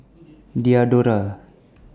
Diadora